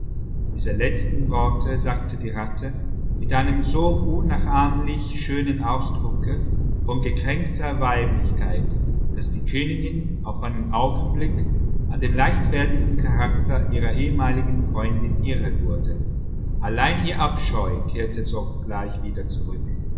diese letzten worte sagte die ratte mit einem so unnachahmlich schönen ausdrucke von gekränkter weiblichkeit daß die königin auf einen augenblick an dem leichtfertigen charakter ihrer ehemaligen freundin irre wurde allein ihr abscheu kehrte sogleich wieder zurück